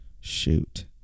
Shoot